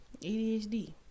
ADHD